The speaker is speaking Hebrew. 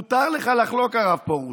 מותר לך לחלוק, הרב פרוש,